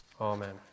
Amen